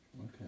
Okay